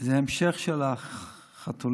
זה המשך של החתולים,